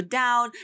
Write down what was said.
down